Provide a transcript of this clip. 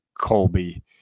Colby